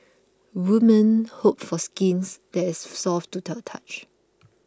women hope for skin that is soft to the touch